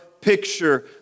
picture